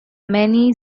many